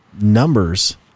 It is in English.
numbers